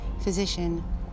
physician